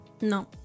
No